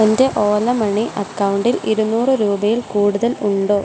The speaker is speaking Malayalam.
എൻ്റെ ഓല മണി അക്കൗണ്ടിൽ ഇരുന്നൂറ് രൂപയിൽ കൂടുതൽ ഉണ്ടോ